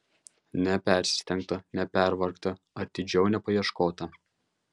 nepersistengta nepervargta atidžiau nepaieškota